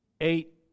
eight